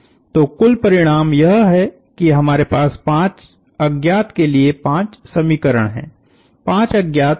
तो कुल परिणाम यह है कि हमारे पास पांच अज्ञात के लिए पांच समीकरण हैं पांच अज्ञात a1a2a3T1और T2 हैं